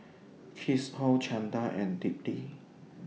Kishore Chanda and Dilip